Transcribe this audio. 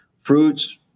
fruits